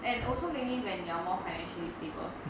and also maybe when you are more financially stable